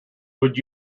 would